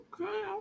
okay